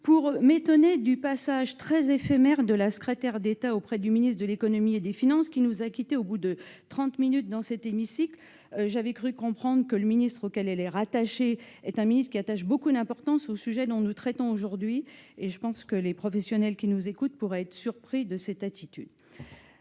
pour m'étonner du passage très éphémère dans notre hémicycle de la secrétaire d'État auprès du ministre de l'économie et des finances, qui nous a quittés au bout de trente minutes. J'avais cru comprendre que le ministre auquel elle est rattachée attache beaucoup d'importance au sujet que nous traitons aujourd'hui et je pense que les professionnels qui nous écoutent pourraient être surpris de cette attitude.